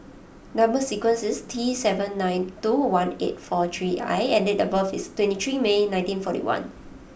number sequence is T seven nine two one eight four three I and date of birth is twenty three May nineteen forty one